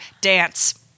dance